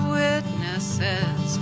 witnesses